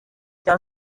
cya